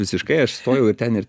visiškai aš stojau ten ir